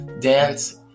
dance